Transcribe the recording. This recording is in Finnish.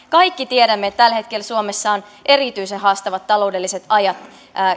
kaikki tiedämme että tällä hetkellä suomessa on erityisen haastavat taloudelliset ajat